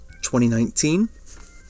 2019